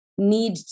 need